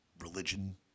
religion